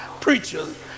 preachers